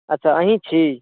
अच्छा अहीॅं छी